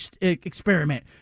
experiment